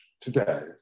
today